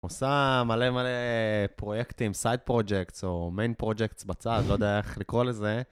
עושה מלא מלא פרויקטים, side projects או main projects בצד, לא יודע איך לקרוא לזה.